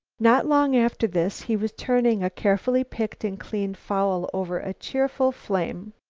not long after this, he was turning a carefully picked and cleaned fowl over a cheerful flame.